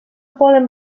poden